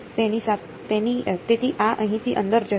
તેથી આ અહીંથી અંદર જશે